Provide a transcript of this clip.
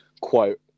quote